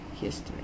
history